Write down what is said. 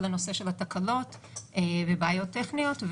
כל הנושא של תקלות ובעיות טכניות,